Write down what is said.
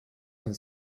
and